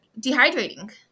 dehydrating